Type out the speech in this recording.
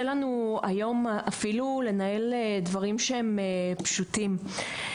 לנו היום אפילו לנהל דברים שהם פשוטים.